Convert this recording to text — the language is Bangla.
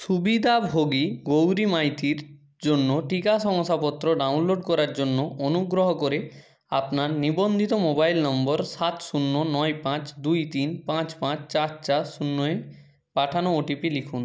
সুবিধাভোগী গৌরী মাইতির জন্য টিকা শংসাপত্র ডাউনলোড করার জন্য অনুগ্রহ করে আপনার নিবন্ধিত মোবাইল নম্বর সাত শূন্য নয় পাঁচ দুই তিন পাঁচ পাঁচ চার চার শূন্য এ পাঠানো ওটিপি লিখুন